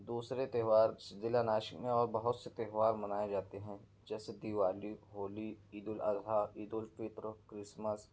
دوسرے تہوار ضلع ناسک میں اور بہت سے تہوار منائے جاتے ہیں جیسے دیوالی ہولی عید الاضحی عید الفطر کرسمس